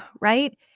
right